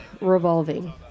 revolving